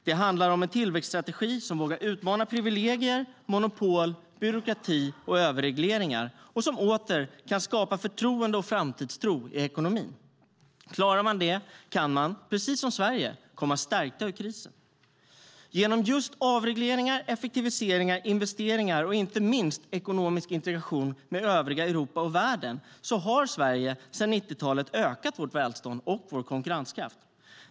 Det handlar om en tillväxtstrategi som vågar utmana privilegier, monopol, byråkrati och överregleringar och som åter kan skapa förtroende och framtidstro i ekonomin. Klarar man det kan man, precis som Sverige, komma stärkt ur krisen. Genom just avregleringar, effektiviseringar, investeringar och inte minst ekonomisk integration med övriga Europa och världen har Sverige sedan 1990-talet ökat sitt välstånd och sin konkurrenskraft.